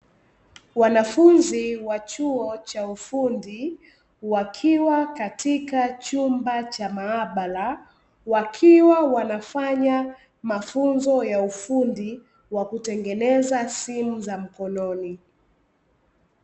Wanafunzi wa chuo cha ufundi, wakiwa katika chumba cha maabara, wakiwa wanafanya mafunzo ya ufundi, wa kutengeneza simu za mkononi.